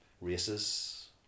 races